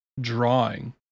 drawing